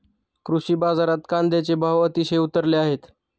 कृषी बाजारात कांद्याचे भाव अतिशय उतरले आहेत